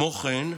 כמו כן,